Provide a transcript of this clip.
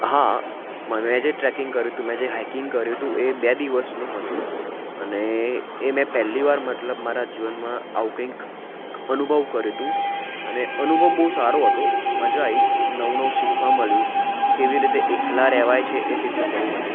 હા મને જે ટ્રેકિંગ કર્યું હતું મેં જે હાઇકિંગ કર્યું હતું એ બે દિવસનું હતું અને એ મેં પહેલીવાર મતલબ મારા જીવનમાં આવું કંઈક અનુભવ કર્યું હતું અને અનુભવ બહુ સારો હતો મજા આવી નવું નવું શીખવા મળ્યું કેવી રીતે એકલા રહેવાય છે એ શીખવા મળ્યું મને